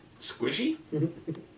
squishy